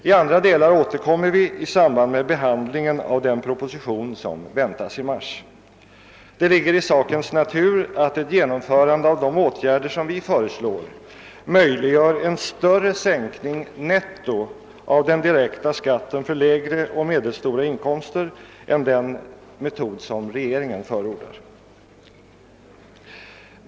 I andra delar återkommer vi i samband med behandlingen av den proposition som väntas i mars. Det ligger i sakens natur att ett genomförande av de åtgärder vi föreslår möjliggör en större sänkning netto av den direkta skatten för lägre och medelstora inkomster än den metod som regeringen förordar.